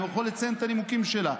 אני יכול לציין את הנימוקים שלה.